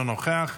אינו נוכח.